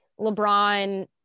LeBron